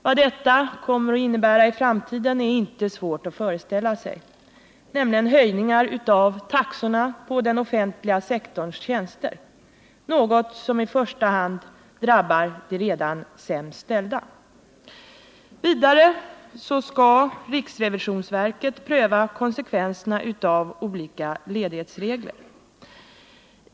Vad detta kommer att innebära i framtiden är inte svårt att föreställa sig, nämligen höjningar av taxorna för den offentliga sektorns tjänster, något som i första hand drabbar de redan sämst ställda. Vidare skall riksrevisionsverket pröva konsekvenserna av olika ledighetsregler.